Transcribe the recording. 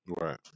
Right